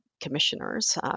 commissioners